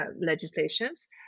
legislations